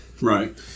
Right